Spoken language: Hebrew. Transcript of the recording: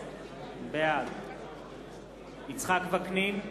בעד יצחק וקנין,